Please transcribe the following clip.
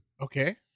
okay